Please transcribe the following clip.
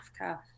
Africa